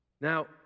Now